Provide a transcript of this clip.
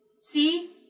See